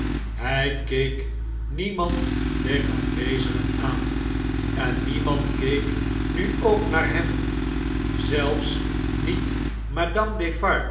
hij keek niemand der aanwezigen aan en niemand keek nu ook naar hem zelfs met